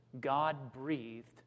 God-breathed